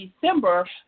December